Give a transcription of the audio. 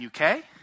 UK